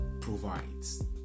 provides